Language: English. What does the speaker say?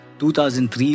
2003